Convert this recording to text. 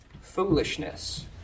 foolishness